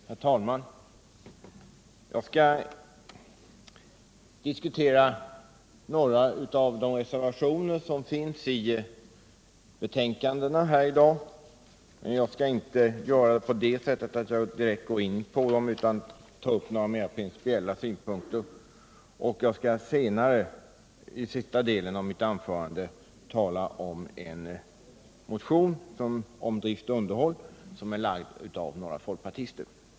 Herr talman! Jag skal! diskutera några av de reservationer som är fogade till de betänkanden vi diskuterar i dag, men jag skall inte direkt gå in på dem utan i stället ta upp några mer principiella synpunkter. I sista delen av mitt anförande.skall jag tala om en motion om drift och underhåll som är väckt av några folkpartister.